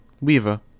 Weaver